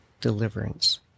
Deliverance